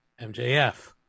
MJF